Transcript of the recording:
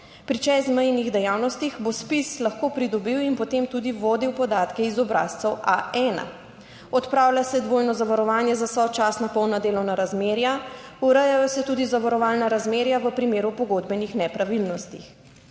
Pri čezmejnih dejavnostih bo ZPIZ lahko pridobil in potem tudi vodil podatke iz obrazcev A1. Odpravlja se dvojno zavarovanje za sočasno polna delovna razmerja, urejajo se tudi zavarovalna razmerja v primeru pogodbenih nepravilnosti.